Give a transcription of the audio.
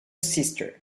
sister